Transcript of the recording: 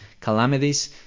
calamities